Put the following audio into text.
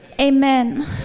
amen